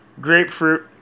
Grapefruit